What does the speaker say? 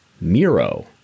Miro